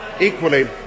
equally